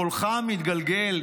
קולך המתגלגל,